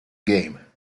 game